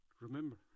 Remember